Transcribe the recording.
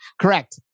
Correct